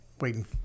waiting